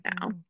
now